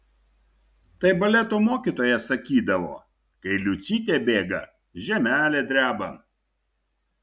tai baleto mokytoja sakydavo kai liucytė bėga žemelė dreba